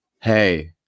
hey